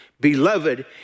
Beloved